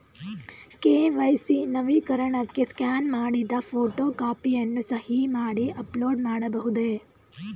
KYC ನವೀಕರಣಕ್ಕೆ scan ಮಾಡಿದ photo ಕಾಪಿಯನ್ನು ಸಹಿ ಮಾಡಿ ಅಪ್ಲೋಡ್ ಮಾಡಬಹುದೇ?